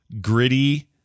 gritty